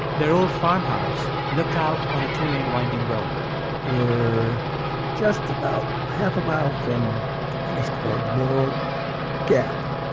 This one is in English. their old farmhouse looked out on a two-lane winding road we're just about half a mile from what was called laurel gap